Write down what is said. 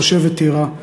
תושבת טירה,